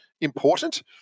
important